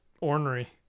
ornery